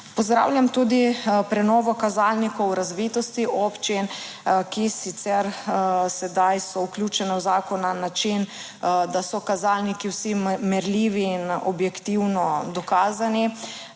(nadaljevanje) razvitosti občin, ki sicer sedaj so vključene v zakon na način, da so kazalniki vsi merljivi in objektivno dokazani.